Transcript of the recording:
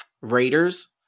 raiders